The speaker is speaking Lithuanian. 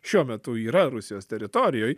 šiuo metu yra rusijos teritorijoj